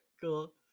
cool